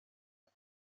بود